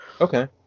Okay